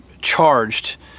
charged